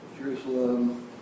Jerusalem